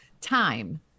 Time